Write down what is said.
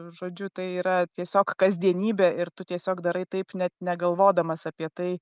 žodžiu tai yra tiesiog kasdienybė ir tu tiesiog darai taip net negalvodamas apie tai